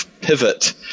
pivot